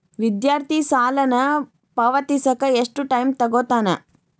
ವಿದ್ಯಾರ್ಥಿ ಸಾಲನ ಪಾವತಿಸಕ ಎಷ್ಟು ಟೈಮ್ ತೊಗೋತನ